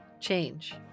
change